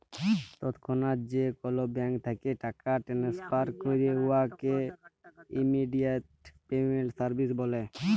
তৎক্ষণাৎ যে কল ব্যাংক থ্যাইকে টাকা টেনেসফার ক্যরে উয়াকে ইমেডিয়াতে পেমেল্ট সার্ভিস ব্যলে